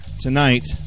tonight